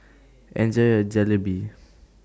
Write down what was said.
Enjoy your Jalebi